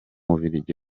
bubiligi